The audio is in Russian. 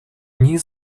них